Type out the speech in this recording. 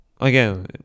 Again